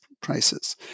prices